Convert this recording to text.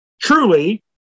truly